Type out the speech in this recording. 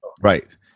Right